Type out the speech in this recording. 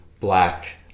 black